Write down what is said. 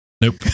Nope